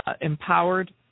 empowered